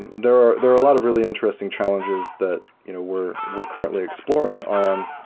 there are there are a lot of really interesting challenges that you know we're we're currently exploring on